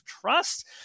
trust